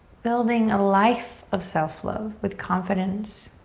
building a life of self love with confidence